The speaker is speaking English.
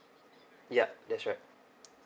ya that's right